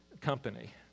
company